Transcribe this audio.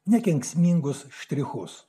nekenksmingus štrichus